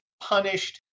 punished